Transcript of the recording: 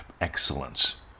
excellence